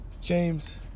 James